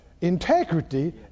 integrity